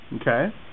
Okay